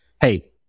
Hey